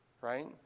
right